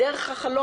זה בדיוק העניין.